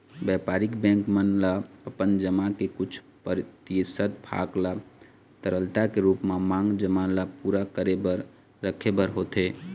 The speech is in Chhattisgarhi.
बेपारिक बेंक मन ल अपन जमा के कुछ परतिसत भाग ल तरलता के रुप म मांग जमा ल पुरा करे बर रखे बर होथे